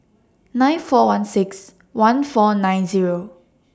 nine four one six one four nine Zero